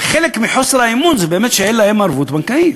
וחלק מחוסר האמון זה הוא מפני שאין להם ערבות בנקאית.